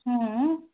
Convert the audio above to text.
ହଁ